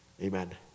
Amen